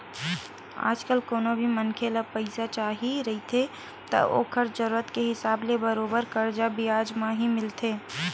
आजकल कोनो भी मनखे ल पइसा चाही रहिथे त ओखर जरुरत के हिसाब ले बरोबर करजा बियाज म ही मिलथे